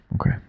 Okay